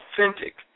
authentic